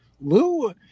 Lou